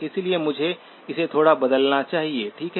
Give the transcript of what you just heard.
इसलिए मुझे इसे थोड़ा बदलना चाहिए ठीक है